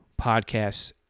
podcasts